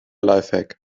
lifehack